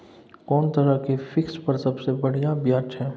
कोन तरह के फिक्स पर सबसे बढ़िया ब्याज छै?